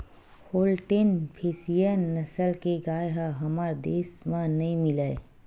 Holstein Friesian नसल के गाय ह हमर देस म नइ मिलय